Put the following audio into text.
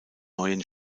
neuen